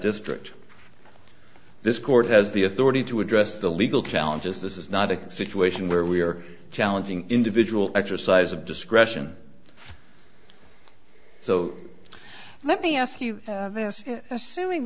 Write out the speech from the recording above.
district this court has the authority to address the legal challenges this is not a situation where we are challenging individual exercise of discretion so let me ask you this